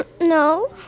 No